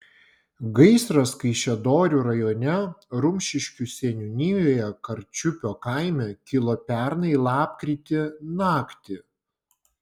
gaisras kaišiadorių rajone rumšiškių seniūnijoje karčiupio kaime kilo pernai lapkritį naktį